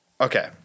Okay